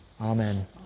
Amen